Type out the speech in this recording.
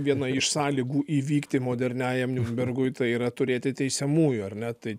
viena iš sąlygų įvykti moderniajam niurnbergui tai yra turėti teisiamųjų ar ne tai